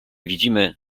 widzimy